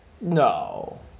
No